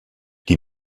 die